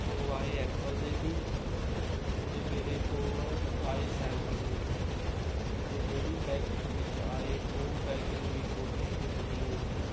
ਮੰਗਵਾਏ ਐਪਲ ਦੇ ਸੀ ਅਤੇ ਮੇਰੇ ਕੋਲ ਆਏ ਸੈਮਸੰਗ ਦੇ ਅਤੇ ਜਿਹੜੀ ਪੈਕਿੰਗ ਵਿੱਚ ਆਏ ਉਹ ਪੈਕਿੰਗ ਵੀ ਖੋਲੀ ਅਤੇ ਫਟੀ ਹੋਈ ਸੀ